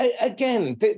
again